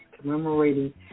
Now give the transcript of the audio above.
commemorating